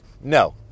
no